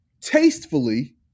tastefully